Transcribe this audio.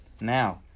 now